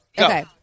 Okay